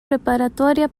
preparatoria